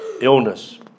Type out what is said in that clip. illness